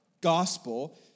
gospel